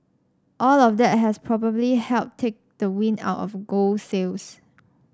all of that has probably helped take the wind out of gold's sails